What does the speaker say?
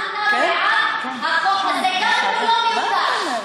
אתה תגיד לי למה אתה בעד החוק הזה,